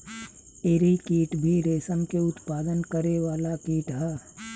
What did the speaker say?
एरी कीट भी रेशम के उत्पादन करे वाला कीट ह